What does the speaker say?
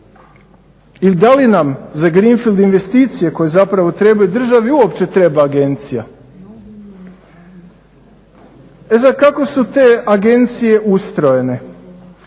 Ili da li nam za greenfield investicije koje zapravo trebaju državi uopće treba agencija? E sada kako su te agencije ustrojene?